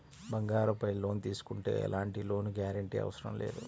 బంగారంపై లోను తీసుకుంటే ఎలాంటి లోను గ్యారంటీ అవసరం లేదు